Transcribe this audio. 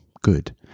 good